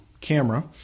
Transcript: camera